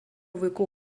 vaikų